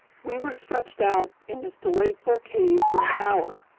we were stretched out in this delightful cave for an hour.